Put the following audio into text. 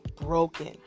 broken